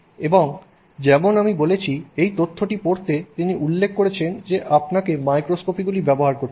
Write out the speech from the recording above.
এবং যেমন আমি বলেছি এই তথ্যটি পড়তে তিনি উল্লেখ করেছেন যে আপনাকে মাইক্রোস্কোপগুলি ব্যবহার করতে হবে